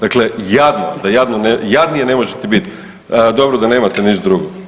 Dakle, jadno da jadnije ne možete bit, dobro da nemate niš drugo.